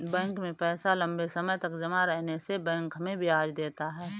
bank में पैसा लम्बे समय तक जमा रहने से बैंक हमें ब्याज देता है